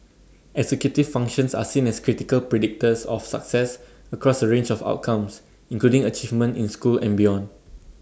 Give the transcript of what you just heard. executive functions are seen as critical predictors of success across A range of outcomes including achievement in school and beyond